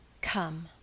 Come